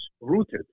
rooted